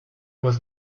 was